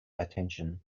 attention